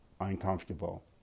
uncomfortable